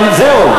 אבל זהו.